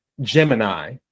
Gemini